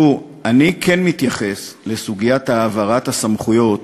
אני כן מתייחס לסוגיית העברת הסמכויות